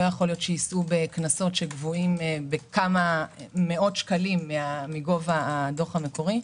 ייתכן שיישאו בקנסות שגבוהים בכמה מאות שקלים מגובה הדוח המקורי,